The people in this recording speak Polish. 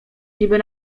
niby